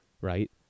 Right